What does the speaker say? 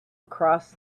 across